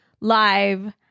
live